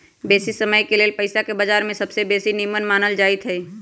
बेशी समयके लेल पइसाके बजार में सबसे बेशी निम्मन मानल जाइत हइ